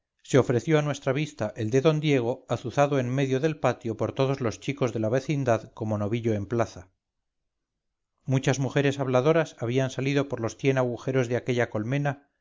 se ofreció a nuestra vista el de d diego azuzado en medio del patio por todos los chicos de la vecindad como novillo en plaza muchas mujeres habladoras habían salido por los cien agujeros de aquella colmena